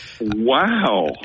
wow